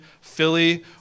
Philly